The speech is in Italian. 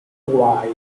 wide